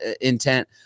intent